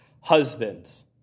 husbands